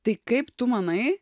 tai kaip tu manai